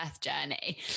journey